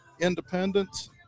Independence